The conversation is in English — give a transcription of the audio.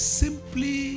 simply